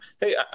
Hey